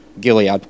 Gilead